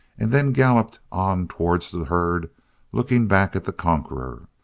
and then galloped on towards the herd looking back at the conqueror.